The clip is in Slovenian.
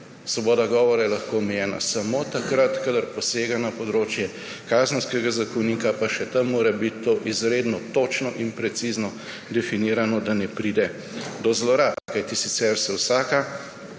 Svoboda govora je lahko omejena samo takrat, kadar posega na področje Kazenskega zakonika, pa še tam mora biti to izredno točno in precizno definirano, da ne pride do zlorab, kajti sicer se vsaka